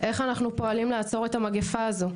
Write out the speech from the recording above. איך אנחנו פועלים לעצור את המגיפה הזו?